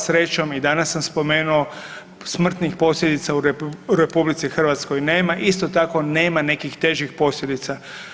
Srećom i danas sam spomenuo smrtnih posljedica u RH nema, isto tako nema nekih težih posljedica.